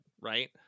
right